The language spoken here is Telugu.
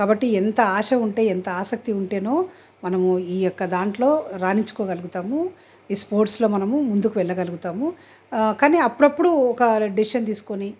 కాబట్టి ఎంత ఆశ ఉంటే ఎంత ఆసక్తి ఉంటేనో మనము ఈ యొక్క దాంట్లో రాణించుకోగలుగుతాము ఈ స్పోర్ట్స్లో మనము ముందుకు వెళ్ళగలుగుతాము కానీ అప్పుడప్పుడు ఒక డెసిషన్ తీసుకొని